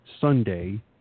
Sunday